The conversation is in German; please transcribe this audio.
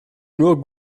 nur